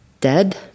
dead